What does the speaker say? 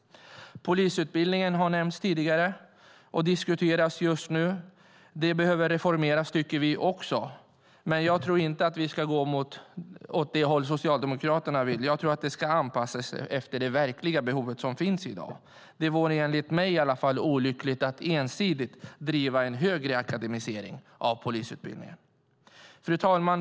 Polisutbildningen har nämnts tidigare och diskuteras just nu. Den behöver reformeras, men jag tror inte att vi ska gå åt det håll som Socialdemokraterna vill, utan jag tror att den ska anpassas till det verkliga behov som finns i dag. Det vore enligt mig olyckligt att ensidigt driva en ytterligare akademisering av polisutbildningen. Fru talman!